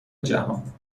جهان